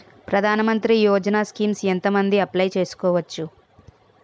ప్రధాన మంత్రి యోజన స్కీమ్స్ ఎంత మంది అప్లయ్ చేసుకోవచ్చు?